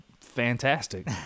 fantastic